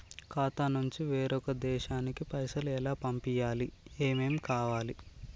ఖాతా నుంచి వేరొక దేశానికి పైసలు ఎలా పంపియ్యాలి? ఏమేం కావాలి?